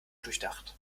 durchdacht